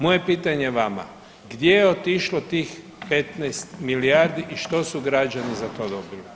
Moje pitanje vama, gdje je otišlo tih 15 milijardi i što su građani za to dobili?